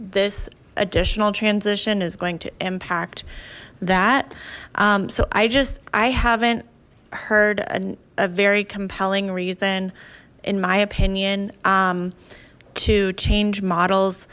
this additional transition is going to impact that so i just i haven't heard a very compelling reason in my opinion to change models